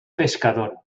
pescador